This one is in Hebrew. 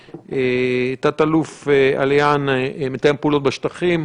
תת-אלוף עליאן, מתאם הפעולות בשטחים.